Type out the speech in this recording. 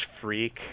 freak